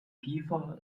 kiefer